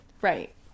right